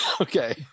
Okay